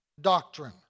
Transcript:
doctrine